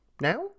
now